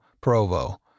Provo